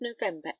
november